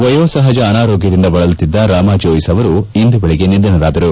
ವಯೋಸಹಜ ಅನಾರೋಗ್ಧದಿಂದ ಬಳಲುತ್ತಿದ್ದ ರಾಮಾ ಜೋಯಿಸ್ ಇಂದು ಬೆಳಗ್ಗೆ ನಿಧನರಾದರು